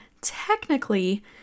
technically